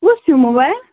کُس ہِیٛوٗ موبایِل